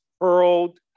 hurled